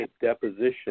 deposition